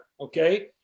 Okay